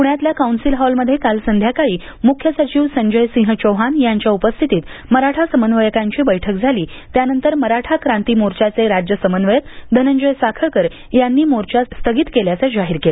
पुण्यातल्या कौन्सील हॉलमध्ये काल संध्याकाळी मुख्य सचिव संजय सिंह चौहान यांच्या उपस्थितीत मराठा समन्वयकांची बैठक झाली त्यानंतर मराठा क्रांती मोर्चाचे राज्य समन्वयक धनंजय साखळकर यांनी मोर्चा स्थगित केल्याचं जाहीर केल